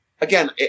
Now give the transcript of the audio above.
again